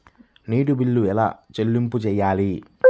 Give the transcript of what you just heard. నీటి బిల్లు ఎలా చెల్లింపు చేయాలి?